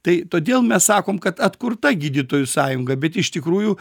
tai todėl mes sakom kad atkurta gydytojų sąjunga bet iš tikrųjų